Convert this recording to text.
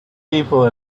people